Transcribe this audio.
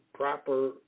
proper